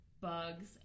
bugs